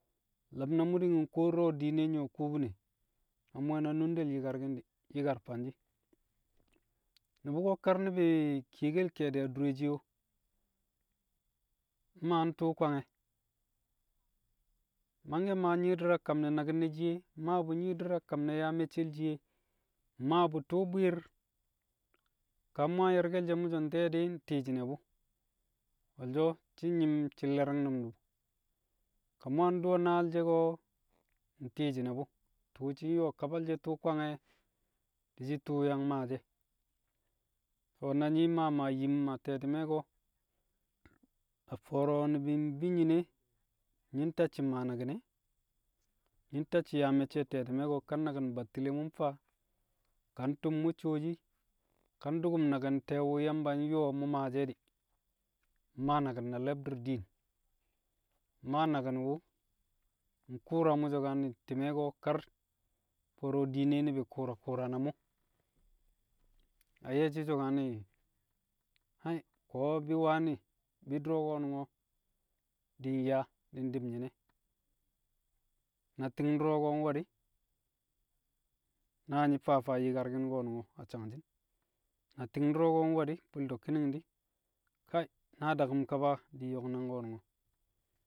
Lo̱b na mu̱ di̱ nkuwo du̱ro̱ diine nyu̱wo̱ kubine, na mu̱ wẹ na nundel yi̱karki̱n di̱, yi̱kar fanshɪ. Nu̱bu̱ ko̱ kar ni̱bi̱ kiyekel kee̱di̱ adure shiye o, mmaa ntṵṵ Kwange̱, mangke̱ maa nyi̱i̱di̱r a kam ne̱ naki̱n ne̱ shiye, maa bu̱ nyi̱i̱di̱r a kam yaa me̱cce̱l shiye, mmaa bu̱ tṵṵ bwi̱i̱r, ka mu̱ yang ye̱rke̱l she̱ so̱ nte̱e̱ di̱, ntwi̱i̱ shi̱nẹ bu̱, wo̱lsho̱ shi̱ nyi̱m shi̱ nle̱ri̱ng nu̱m bu̱. Ka mu̱ yang du̱wo̱ naal she̱ ko̱, ntwi̱i̱ shi̱ne̱ bu̱. Tṵṵ wu̱ shi̱ nyo̱o̱ a kabal shẹ tu̱u̱ kwange̱, di̱shi̱ tṵṵ yang maashi̱ e̱. To̱ na nyi̱ maa maa yim a te̱ti̱mẹ ko̱ a fo̱o̱ro̱ ni̱bi̱ mbi nyi̱ne̱, nyi̱ ntacci̱ maa naki̱n e̱, nyi̱ ntacci̱ yaa me̱cce̱ a te̱ti̱mẹ ko̱, ka naki̱n nẹ battile mu̱ mfaa, ka ntu̱m mu̱ cuwo shi̱, ka ndu̱ku̱m naki̱n te̱e̱ wu̱ Yamba nyo̱o̱ mu̱ maashi̱ e̱ di̱, maa naki̱n na le̱bdi̱r diin, mmaa naki̱n wu̱ nku̱u̱ra mu̱ so̱kanẹ kar ti̱me̱ ko̱ kar fo̱o̱ro̱ diine ni̱bi̱ ku̱u̱ra ku̱u̱ra na mu̱, na ye̱shi̱ so̱kanẹ, ai, ko̱ bi̱ wane, bi̱ du̱ro̱ ko̱nu̱ngo̱, di̱ nyaa di̱ ndi̱b nyi̱nẹ. Na ti̱ng du̱ro̱ ko̱ nwe̱ di̱, na nyi̱ faa faa yi̱karki̱n ko̱nu̱ngo̱ a sangshi̱n. Na ti̱ng du̱ro̱ ko̱ nwẹ di̱ bu̱lto̱ ki̱ni̱ng di̱, kai, na daku̱m kaba di̱ nyo̱k nang ƙo̱nu̱ngo̱.